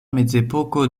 mezepoko